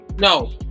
No